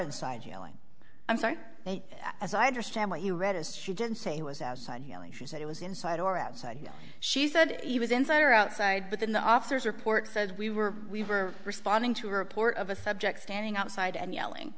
inside yelling i'm sorry as i understand what you read is she didn't say he was outside heeling she said it was inside or outside she said he was inside or outside but then the officers report said we were we were responding to a report of a subject standing outside and yelling